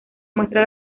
muestra